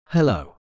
Hello